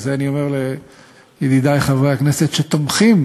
ואת זה אני אומר לידידי חברי הכנסת שתומכים